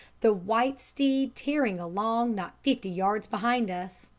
the white steed tearing along not fifty yards behind us.